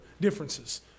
differences